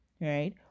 right